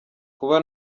kuba